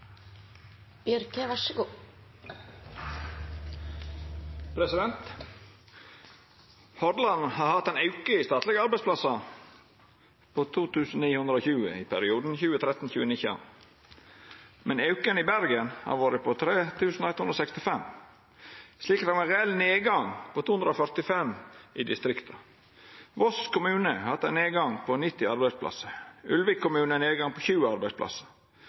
har hatt ein auke i statlege arbeidsplassar på 2 920 i perioden 2013–2019. Men auken i Bergen kommune har vore på 3 165, slik at det har vore ein reell nedgang i distrikta. Voss kommune har hatt ein nedgong på 90 arbeidsplassar og Ulvik kommune ein nedgang på 20 arbeidsplassar.